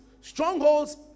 strongholds